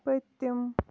پٔتِم